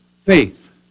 faith